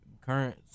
current